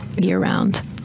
year-round